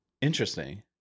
Interesting